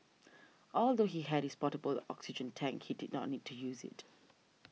although he had his portable oxygen tank he did not need to use it